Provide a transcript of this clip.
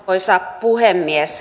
arvoisa puhemies